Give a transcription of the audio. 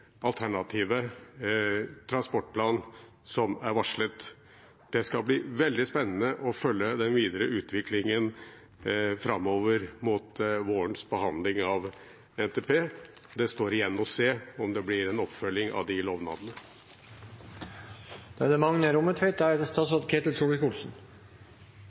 transportplan, som er varslet. Det skal bli veldig spennende å følge den videre utviklingen framover mot vårens behandling av NTP. Det gjenstår å se om det blir en oppfølging av de lovnadene. Eg oppfattar det